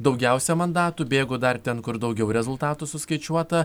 daugiausia mandatų bėgu dar ten kur daugiau rezultatų suskaičiuota